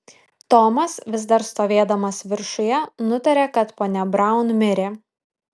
tomas vis dar stovėdamas viršuje nutarė kad ponia braun mirė